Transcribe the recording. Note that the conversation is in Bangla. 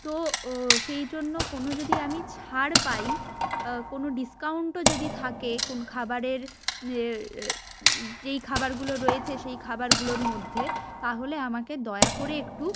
তো ও সেই জন্য কোনো যদি আমি ছাড় পাই কোনো ডিসকাউন্টও যদি থাকে কোন খাবারের যেই খাবারগুলো রয়েছে সেই খাবারগুলোর মধ্যে তাহলে আমাকে দয়া করে একটু